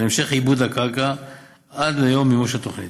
המשך עיבוד הקרקע עד ליום מימוש התוכנית.